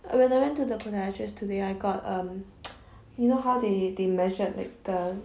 uh when I went to the podiatrist today I got um you know how they they measured like the